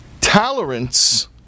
Tolerance